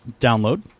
download